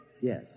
Yes